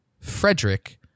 Frederick